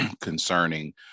concerning